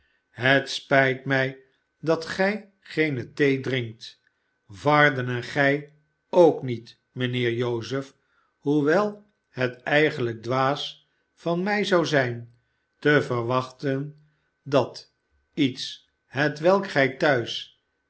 het spijt mij dat gij geene thee drinkt varden en gij k niet mijnheer joseph hoewel het eigenlijk dwaas van mij zou zijn te verwachten dat iets hetwelk gij thuis